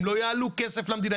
הם לא יעלו כסף למדינה,